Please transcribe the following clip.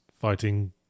fighting